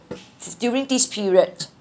during this period